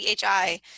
chi